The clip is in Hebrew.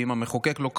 ואם המחוקק לא קבע,